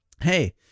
Hey